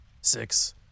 six